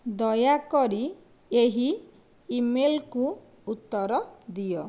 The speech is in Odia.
ଦୟାକରି ଏହି ଇମେଲ୍କୁ ଉତ୍ତର ଦିଅ